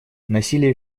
насилие